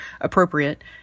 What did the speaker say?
appropriate